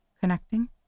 connecting